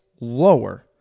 lower